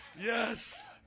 Yes